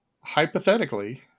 hypothetically